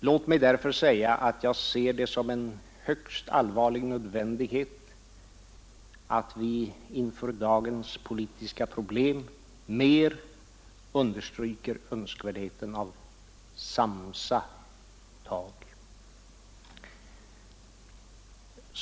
Låt mig därför säga att jag ser det som en högst allvarlig nödvändighet att vi inför dagens politiska problem mer understryker önskvärdheten av att samsas om tagen.